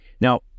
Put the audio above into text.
Now